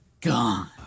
gone